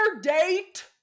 date